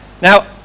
Now